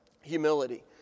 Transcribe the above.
humility